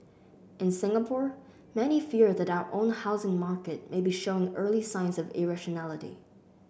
in Singapore many fear that our own housing market may be showing early signs of irrationality